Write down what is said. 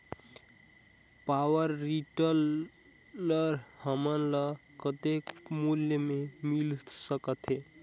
Power tiller हमन ल कतेक मूल्य मे मिल सकथे?